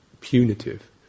punitive